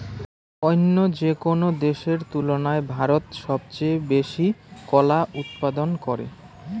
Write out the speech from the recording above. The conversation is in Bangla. অইন্য যেকোনো দেশের তুলনায় ভারত সবচেয়ে বেশি কলা উৎপাদন করে